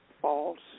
false